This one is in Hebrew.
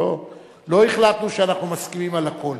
לא החלטנו שאנחנו מסכימים על הכול.